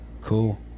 Cool